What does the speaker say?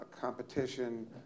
Competition